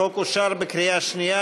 הצעת החוק אושרה בקריאה שנייה.